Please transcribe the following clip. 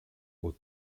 aux